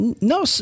no